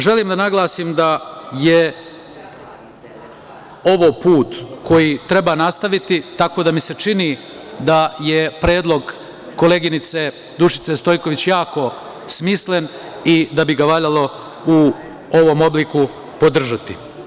Želim da naglasim da je ovo put koji treba nastaviti, tako da mi se čini da je predlog koleginice Dušice Stojković jako smislen i da bi ga valjalo u ovom obliku podržati.